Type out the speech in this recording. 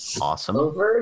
Awesome